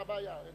מה הבעיה?